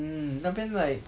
mm 那边 like